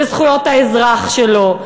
בזכויות האזרח שלו.